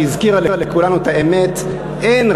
שהזכירה לכולנו את האמת: אין,